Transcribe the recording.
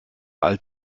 alt